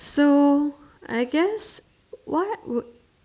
so I guess what would